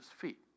feet